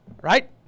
right